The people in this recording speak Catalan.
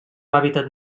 hàbitat